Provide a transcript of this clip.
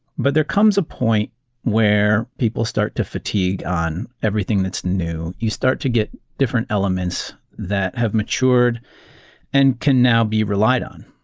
but there comes a point where people start to fatigue on everything that's new. you start to get different elements that have matured and can now be relied on.